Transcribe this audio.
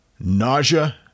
nausea